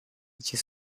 gdzie